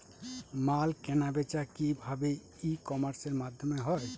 মাল কেনাবেচা কি ভাবে ই কমার্সের মাধ্যমে হয়?